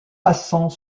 passant